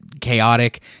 Chaotic